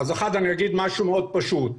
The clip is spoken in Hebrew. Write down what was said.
אני אומר משהו מאוד פשוט.